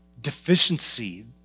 deficiency